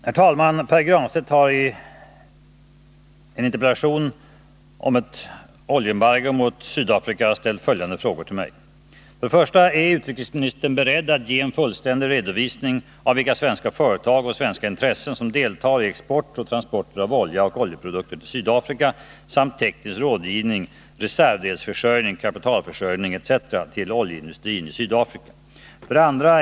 Herr talman! Pär Granstedt har i interpellationen om ett oljeembargo mot Sydafrika ställt följande frågor till mig: 1. Är utrikesministern beredd att ge en fullständig redovisning av vilka svenska företag och svenska intressen som deltar i export och transporter av olja och oljeprodukter till Sydafrika samt teknisk rådgivning, reservdelsförsörjning, kapitalförsörjning etc. till oljeindustrin i Sydafrika? 2.